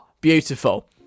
beautiful